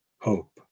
hope